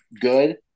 good